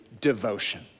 devotion